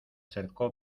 cercó